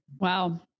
Wow